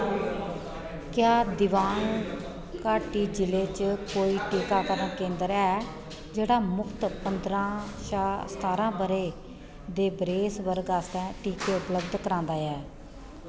क्या दिबांग घाटी जि'ले च कोई टीकाकरण केंदर ऐ जेह्ड़ा मुख्त पंदरां शा सतारां ब'रे दे बरेस वर्ग आस्तै टीके उपलब्ध करांदा ऐ